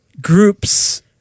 groups